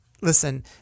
Listen